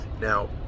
Now